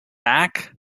back